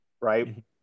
right